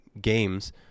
games